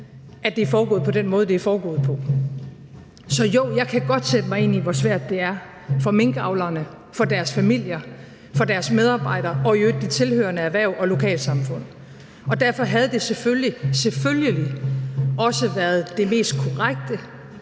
at det er foregået på den måde, det er foregået på. Så jo, jeg kan godt sætte mig ind i, hvor svært det er for minkavlerne, for deres familier, for deres medarbejdere og i øvrigt for de tilhørende erhverv og lokalsamfund. Derfor havde det selvfølgelig – selvfølgelig – også været det mest korrekte